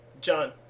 John